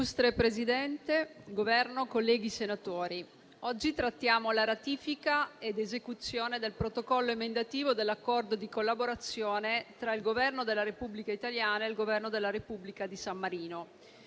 Presidente, Governo, colleghi senatori, oggi trattiamo la ratifica ed esecuzione del Protocollo emendativo dell'Accordo di collaborazione tra il Governo della Repubblica italiana e il Governo della Repubblica di San Marino.